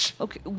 Okay